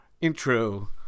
intro